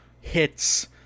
hits